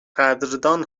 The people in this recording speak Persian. قدردان